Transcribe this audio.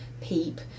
PEEP